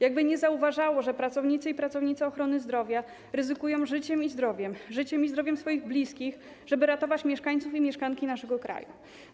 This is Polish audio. Jakby nie zauważało, że pracownicy i pracownice ochrony zdrowia ryzykują życiem i zdrowiem, życiem i zdrowiem swoich bliskich, żeby ratować mieszkańców i mieszkanki naszego kraju.